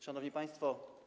Szanowni Państwo!